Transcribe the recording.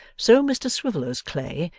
so mr swiveller's clay,